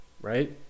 right